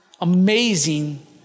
amazing